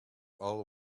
all